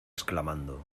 exclamando